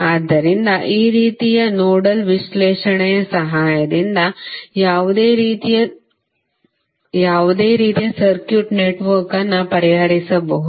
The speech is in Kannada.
ಆದ್ದರಿಂದ ಈ ರೀತಿಯಲ್ಲಿ ನೋಡಲ್ ವಿಶ್ಲೇಷಣೆಯ ಸಹಾಯದಿಂದ ಯಾವುದೇ ರೀತಿಯ ಸಮೀಕರಣ ಯಾವುದೇ ರೀತಿಯ ಸರ್ಕ್ಯೂಟ್ ನೆಟ್ವರ್ಕ್ ಅನ್ನು ಪರಿಹರಿಸಬಹುದು